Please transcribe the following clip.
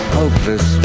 hopeless